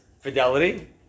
Fidelity